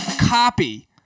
copy